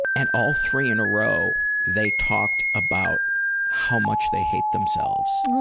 and all three in a row, they talked about how much they hate themselves.